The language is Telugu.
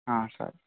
సరే